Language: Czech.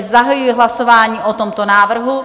Zahajuji hlasování o tomto návrhu.